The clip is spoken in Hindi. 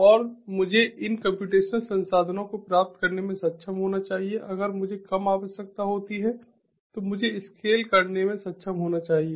और मुझे इन कम्प्यूटेशनल संसाधनों को प्राप्त करने में सक्षम होना चाहिए अगर मुझे कम आवश्यकता होती है तो मुझे स्केल करने में सक्षम होना चाहिए